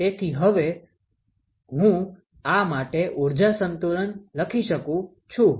તેથી હવે હું આ માટે ઊર્જા સંતુલન લખી શકું છું